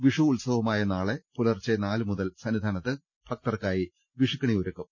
വിഷു ഉത്സ വമായ നാളെ പുലർച്ചെ നാലു മുതൽ സന്നിധാനത്ത് ഭക്തർക്കായി വിഷുക്കണി ഒരുക്കും